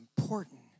important